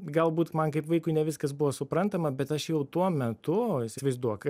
galbūt man kaip vaikui ne viskas buvo suprantama bet aš jau tuo metu įsivaizduok